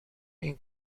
این